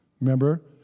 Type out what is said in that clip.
Remember